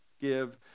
give